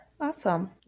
Awesome